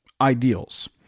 ideals